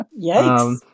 yikes